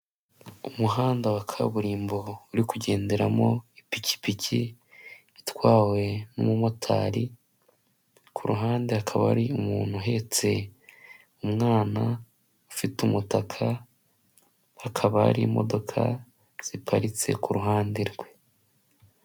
Umuhanda wa kaburimbo uri kugenderamo ipikipiki itwawe n'umumotari, ku ruhande hakaba hari umuntu uhetse umwana ufite umutaka, hakaba ari imodoka ziparitse ku ruhande rwe.